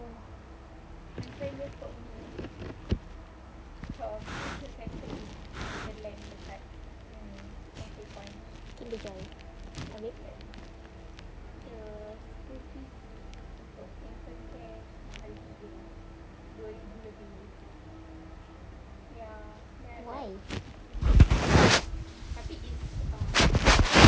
kinder joy abeh why